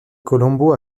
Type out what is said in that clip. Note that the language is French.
colombo